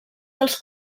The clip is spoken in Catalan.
dels